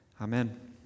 amen